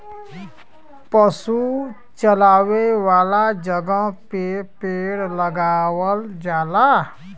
पशु चरावे वाला जगह पे पेड़ लगावल जाला